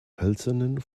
hölzernen